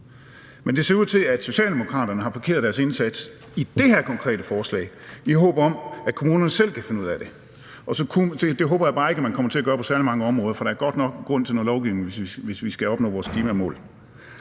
Men det ser ud til, at Socialdemokraterne har parkeret deres indsats i forhold til det her konkrete forslag i håbet om, at kommunerne selv kan finde ud af det; det håber jeg bare ikke man kommer til at gøre på særlig mange områder, for så er der godt nok grund til noget lovgivning, hvis vi skal opnå vores klimamål.